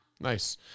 Nice